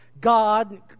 God